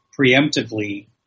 preemptively